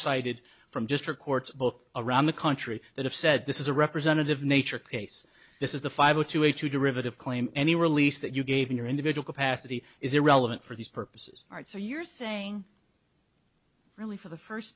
cited from district courts both around the country that have said this is a representative nature case this is the five zero two eight two derivative claim any release that you gave in your individual capacity is irrelevant for these purposes aren't so you're saying really for the first